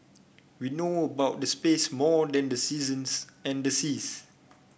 we know about space than the seasons and the seas